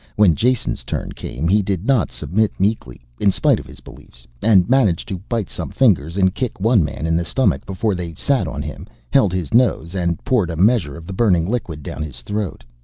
when jason's turn came he did not submit meekly, in spite of his beliefs, and managed to bite some fingers and kick one man in the stomach before they sat on him, held his nose and poured a measure of the burning liquid down his throat.